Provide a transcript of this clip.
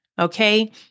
Okay